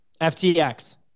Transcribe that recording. FTX